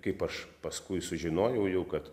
kaip aš paskui sužinojau jau kad